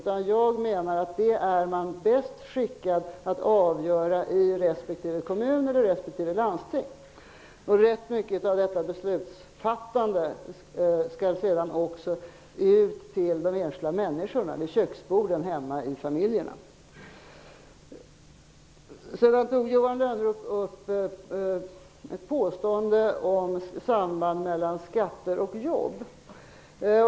Kommunerna och landstingen själva är bäst skickade att fälla det avgörandet. Rätt mycket av beslutsfattandet skall sedan ut också till de enskilda människorna hemma vid köksborden. Sedan tog Johan Lönnroth upp ett påstående om sambandet mellan skatter och jobb.